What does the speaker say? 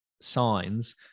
signs